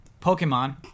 Pokemon